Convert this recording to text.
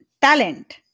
talent